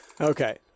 Okay